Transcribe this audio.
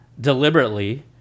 deliberately